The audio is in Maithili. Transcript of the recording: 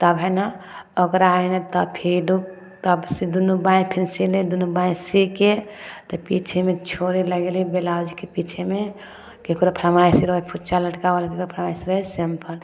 तब हइनऽ ओकरा हइ नऽ तब फिर दुनू बाँहि फिन सिली दुनू बाँहि सीके तऽ पीछेमे ड़ोरी लगेली ब्लाउजके पीछेमे ककरो फरमाइशी रहय हइ फुचा लटकाबे लए ककरो फरमाइशी रहऽ हइ सिम्पल